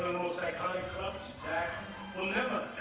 most iconic clubs that will never,